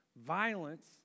violence